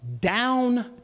down